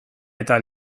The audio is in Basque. eta